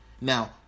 now